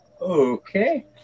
Okay